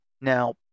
Now